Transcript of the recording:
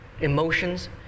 emotions